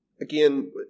again